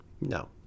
No